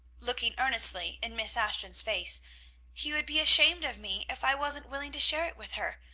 looking earnestly in miss ashton's face he would be ashamed of me if i wasn't willing to share it with her.